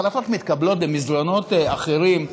ההחלטות מתקבלות במסדרונות אחרים,